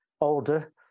older